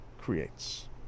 creates